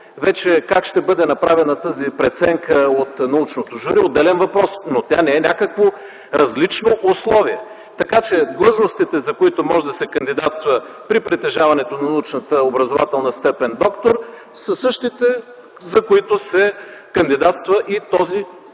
Как ще бъде направена преценката от научното жури е отделен въпрос, но тя не е някакво различно условия. Длъжностите, за които може да се кандидатства при притежаването на научната, образователната степен „доктор”, са същите, за които може да се кандидатства и от този,